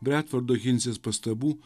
bredfordo hinsės pastabų